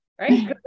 Right